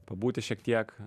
pabūti šiek tiek